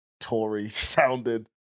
Tory-sounded